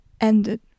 ended